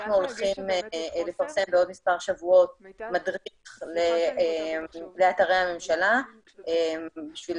אנחנו הולכים לפרסם בעוד מספר שבועות מדריך לאתרי הממשלה בשביל